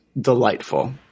delightful